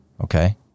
Okay